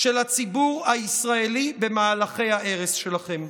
של הציבור הישראלי במהלכי ההרס שלכם.